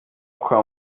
kwa